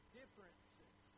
differences